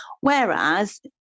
Whereas